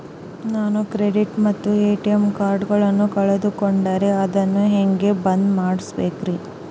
ನಾನು ಕ್ರೆಡಿಟ್ ಮತ್ತ ಎ.ಟಿ.ಎಂ ಕಾರ್ಡಗಳನ್ನು ಕಳಕೊಂಡರೆ ಅದನ್ನು ಹೆಂಗೆ ಬಂದ್ ಮಾಡಿಸಬೇಕ್ರಿ?